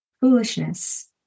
foolishness